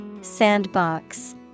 Sandbox